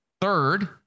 Third